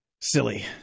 Silly